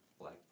Black